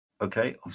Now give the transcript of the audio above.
Okay